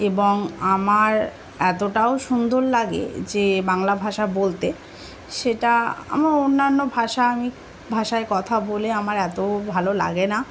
এবং আমার এতটাও সুন্দর লাগে যে বাংলা ভাষা বলতে সেটা আমার অন্যান্য ভাষা আমি ভাষায় কথা বলে আমার এত ভালো লাগে না